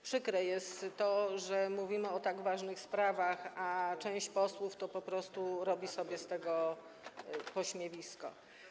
Przykre jest to, że mówimy o tak ważnych sprawach, a część posłów po prostu robi sobie z tego pośmiewisko.